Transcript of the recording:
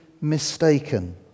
mistaken